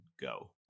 go